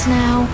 now